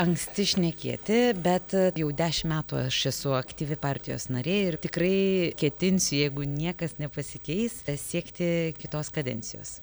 anksti šnekėti bet jau dešim metų aš esu aktyvi partijos narė ir tikrai ketinsiu jeigu niekas nepasikeis siekti kitos kadencijos